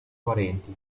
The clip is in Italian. parenti